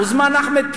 הוזמן אחמד טיבי,